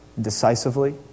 decisively